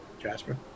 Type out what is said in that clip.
jasper